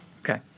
Okay